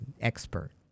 expert